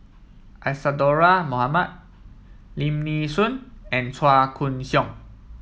Isadhora Mohamed Lim Nee Soon and Chua Koon Siong